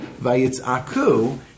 Vayitz'aku